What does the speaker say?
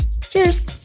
Cheers